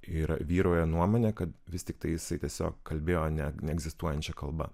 yra vyrauja nuomonė kad vis tiktai jisai tiesiog kalbėjo ne neegzistuojančia kalba